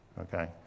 okay